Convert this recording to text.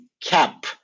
cap